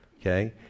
okay